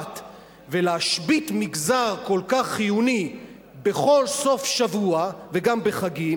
ולהשבית מגזר כל כך חיוני בכל סוף שבוע וגם בחגים